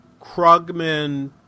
Krugman